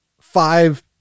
Five